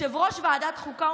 יושב-ראש ועדת החוקה,